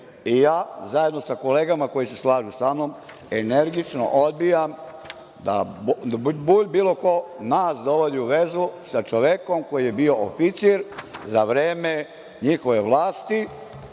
i zajedno sa kolegama, koje se slažu sa mnom, energično odbijam da bilo ko nas dovodi u vezu sa čovekom koji je bio oficir za vreme njihove vlasti